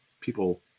people